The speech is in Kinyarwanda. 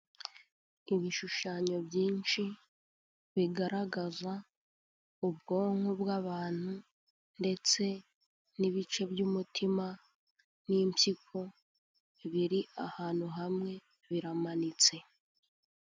Ibishushanyo byinshi bigaragaza ubwonko bw'abantu ndetse n'ibice by'umutima, n'impyiko biri ahantu hamwe biramanitse.